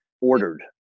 ordered